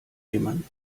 jemand